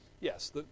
Yes